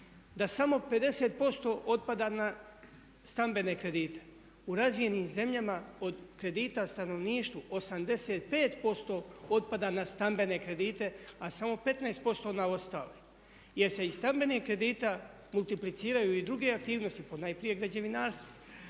da samo 50% otpada na stambene kredite. U razvijenim zemljama od kredita stanovništvu 85% otpada na stambene kredite, a samo 15% na ostale. Jer se iz stambenih kredita multipliciraju i druge aktivnosti, ponajprije građevinarstvo.